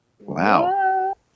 Wow